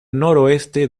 noroeste